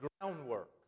groundwork